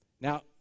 Now